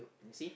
you see